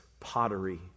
Pottery